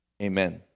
Amen